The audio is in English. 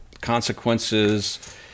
consequences